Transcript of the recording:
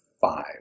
five